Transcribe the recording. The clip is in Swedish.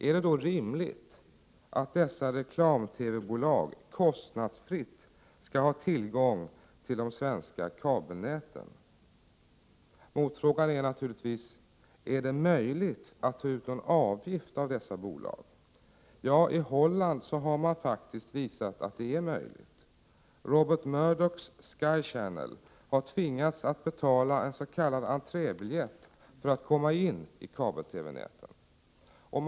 Är det då rimligt att dessa reklam-TV-bolag kostnadsfritt skall ha tillgång till de svenska kabelnäten? Motfrågan är naturligtvis: Är det möjligt att ta ut någon avgift av dessa bolag? Ja, i Holland har man faktiskt visat att det är möjligt. Robert Murdochs Sky Channel har tvingats att betala en s.k. entrébiljett för att komma in i kabel-TV-näten.